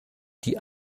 die